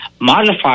modified